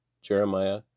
Jeremiah